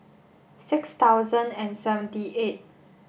six thousand and seventy eight